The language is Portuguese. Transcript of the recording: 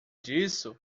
disso